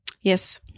Yes